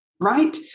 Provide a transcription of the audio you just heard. Right